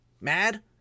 mad